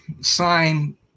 sign